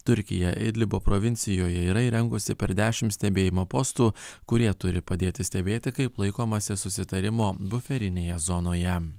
turkija idlibo provincijoje yra įrengusi per dešimt stebėjimo postų kurie turi padėti stebėti kaip laikomasi susitarimo buferinėje zonoje